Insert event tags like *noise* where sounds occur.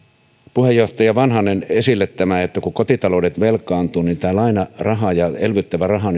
puheenjohtaja vanhanen nostan esille tämän että kun kotitaloudet velkaantuvat niin lainaraha ja elvyttävä raha *unintelligible*